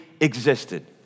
existed